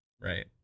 right